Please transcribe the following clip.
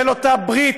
אדוני היושב-ראש,